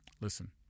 Listen